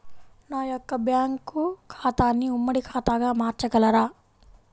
నా యొక్క బ్యాంకు ఖాతాని ఉమ్మడి ఖాతాగా మార్చగలరా?